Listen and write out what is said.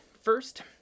first